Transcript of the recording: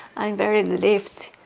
i'm very relieved